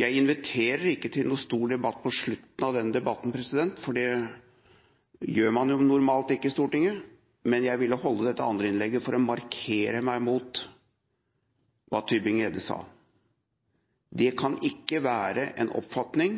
Jeg inviterer ikke til noen stor debatt mot slutten av denne debatten – det gjør man normalt ikke i Stortinget – men jeg ville holde dette andreinnlegget for å markere meg mot det representanten Tybring-Gjedde sa. Det kan ikke være en oppfatning